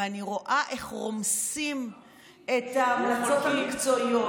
ואני רואה איך רומסים את ההמלצות המקצועיות,